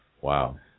Wow